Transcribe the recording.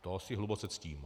Toho si hluboce ctím.